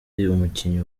umukinnyi